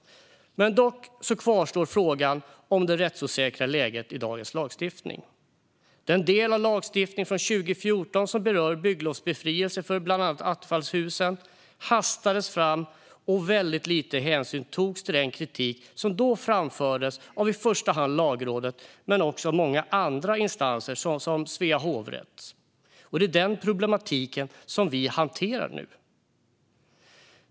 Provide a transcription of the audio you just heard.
Dock kvarstår frågan om det rättsosäkra läget i dagens lagstiftning. Den del av lagstiftningen från 2014 som berör bygglovsbefrielse för bland annat attefallshus hastades fram, och väldigt lite hänsyn togs till den kritik som då framfördes av i första hand Lagrådet men också av många andra remissinstanser såsom Svea hovrätt. Det är den problematiken som vi nu hanterar.